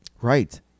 right